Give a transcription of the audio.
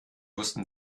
wussten